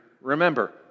remember